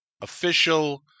official